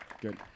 Good